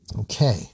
Okay